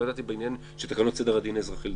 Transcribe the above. לא ידעתי בעניין של תקנות סדר הדין האזרחי,